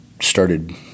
started